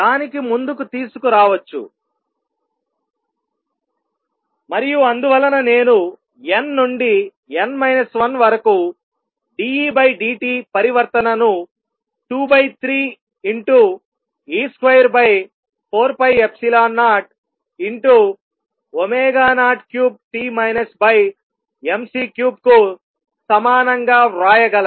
దానిని ముందుకు తీసుకు రావచ్చు మరియు అందువలన నేను n నుండి n 1 వరకు dEdt పరివర్తనను 23e24π003mc3 కు సమానం గా వ్రాయగలను